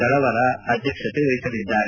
ತಳವಾರ ಅಧ್ಯಕ್ಷತೆ ವಹಿಸಲಿದ್ದಾರೆ